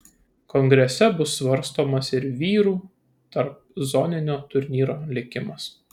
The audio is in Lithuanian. kongrese bus svarstomas ir vyrų tarpzoninio turnyro likimas